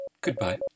goodbye